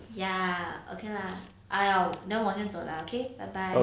ya okay lah I'll then 我先走 lah okay bye bye